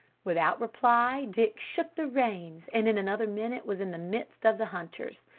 without reply, dick shook the reins, and in another minute was in the midst of the hunters.